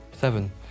Seven